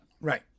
Right